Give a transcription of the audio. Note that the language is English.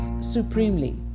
supremely